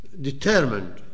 determined